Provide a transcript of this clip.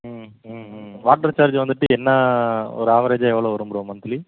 ம் ம் ம் வாட்டர் சார்ஜு வந்துட்டு என்ன ஒரு ஆவரேஜாக எவ்வளோ வரும் ப்ரோ மந்த்லி